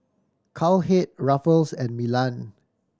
Cowhead Ruffles and Milan